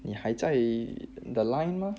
你还在 the line mah